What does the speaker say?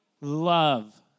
love